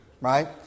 right